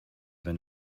wenn